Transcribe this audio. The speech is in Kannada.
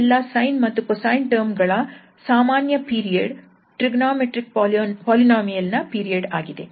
ಈ ಎಲ್ಲಾ sine ಮತ್ತು cosine ಟರ್ಮ್ ಗಳ ಸಾಮಾನ್ಯ ಪೀರಿಯಡ್ ಟ್ರಿಗೊನೋಮೆಟ್ರಿಕ್ ಪೋಲಿನೋಮಿಯಲ್ ನ ಪೀರಿಯಡ್ ಆಗಿದೆ